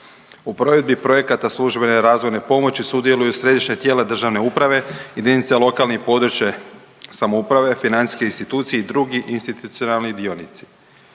U provedbi projekata službene razvojne pomoći sudjeluju središnja tijela državne uprave, jedinice lokalne i područne samouprave, financijske institucije i drugi institucionalni dionici.